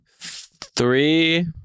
Three